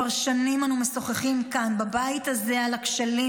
אנו כבר משוחחים כאן בבית הזה על הכשלים